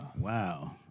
Wow